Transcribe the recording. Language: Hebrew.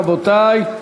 רבותי,